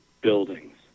buildings